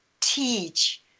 teach